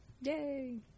Yay